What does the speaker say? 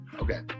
okay